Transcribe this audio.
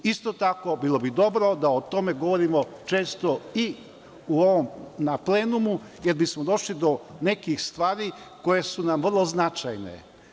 Isto tako, bilo bi dobro da o tome govorimo često i na plenumu, jer bismo došli do nekih stvari koje su nam vrlo značajne.